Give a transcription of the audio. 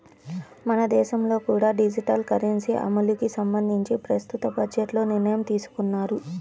మన దేశంలో కూడా డిజిటల్ కరెన్సీ అమలుకి సంబంధించి ప్రస్తుత బడ్జెట్లో నిర్ణయం తీసుకున్నారు